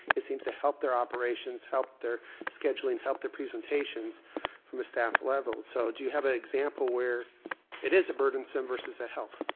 it seems to help their operations, help their scheduling, help their presentations from a staff level. so do you have an ah example where it is a burdensome versus a help?